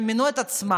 הם מינו את עצמם,